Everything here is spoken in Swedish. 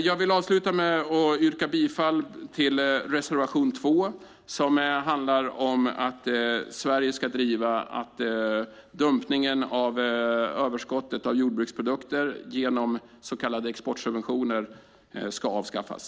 Jag vill avsluta med att yrka bifall till reservation 2, som handlar om att Sverige ska driva att dumpningen av överskottet av jordbruksprodukter genom så kallade exportsubventioner ska avskaffas.